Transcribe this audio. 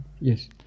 yes